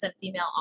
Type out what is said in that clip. female